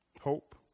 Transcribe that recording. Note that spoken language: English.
hope